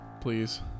Please